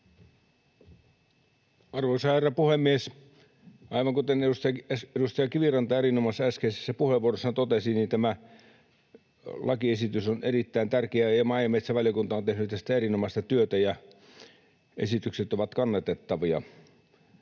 Arvoisa herra puhemies! Aivan kuten edustaja Kiviranta äskeisessä erinomaisessa puheenvuorossaan totesi, tämä lakiesitys on erittäin tärkeä, ja maa- ja metsävaliokunta on tehnyt tässä erinomaista työtä, ja esitykset ovat kannatettavia.